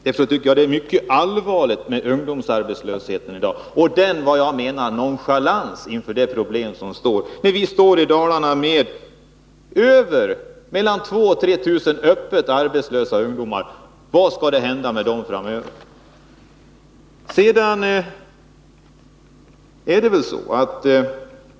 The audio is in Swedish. Därför tycker jag att det är mycket allvarligt med ungdomsarbetslösheten i dag, och med den, menar jag, nonchalans inför problemen som visas när vi i Dalarna har mer än 2 000-3 000 öppet arbetslösa ungdomar. Vad skall hända med dessa arbetslösa framöver?